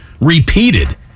repeated